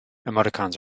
emoticons